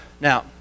Now